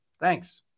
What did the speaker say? Thanks